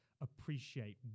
appreciate